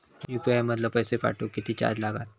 UPI मधलो पैसो पाठवुक किती चार्ज लागात?